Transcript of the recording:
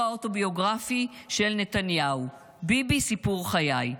האוטוביוגרפי של נתניהו "ביבי: סיפור חיי",